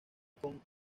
con